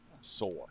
sore